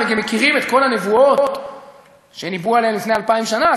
הם גם מכירים את כל הנבואות שניבאו עלינו לפני אלפיים שנה,